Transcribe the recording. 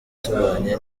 tubanye